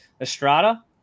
Estrada